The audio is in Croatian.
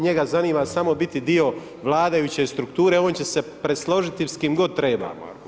Njega zanima samo biti dio vladajuće strukture, on će se presložiti s kim god treba.